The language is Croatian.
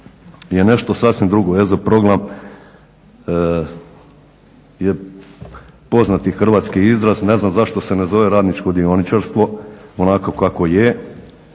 je nešto sasvim drugo. EZO program je poznati hrvatski izraz. Ne znam zašto se ne zove radničko dioničarstvo onako kako je,